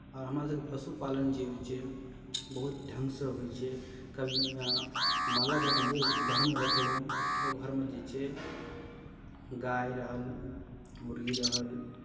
आओर हमरासभके पशु पालन जे होइ छै बहुत ढङ्गसँ होइ छै कभी भी ने मालक घर जे घरमे रखलहुँ ओहि घरमे जे छै गाय रहल मुर्गी रहल